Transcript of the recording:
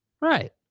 Right